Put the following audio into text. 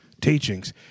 teachings